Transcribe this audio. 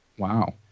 Wow